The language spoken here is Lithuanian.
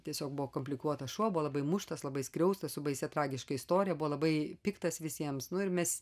tiesiog buvo komplikuotas šuo buvo labai muštas labai skriaustas su baisia tragiška istorija buvo labai piktas visiems nu ir mes